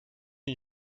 une